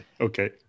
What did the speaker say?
Okay